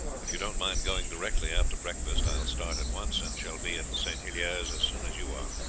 if you don't mind going directly after breakfast i will start at once, and shall be at st. helier's as soon as you are.